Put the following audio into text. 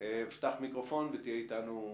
פתח מיקרופון ותהיה איתנו סופית.